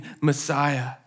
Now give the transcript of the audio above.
Messiah